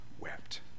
wept